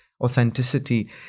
authenticity